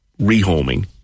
rehoming